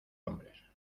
hombres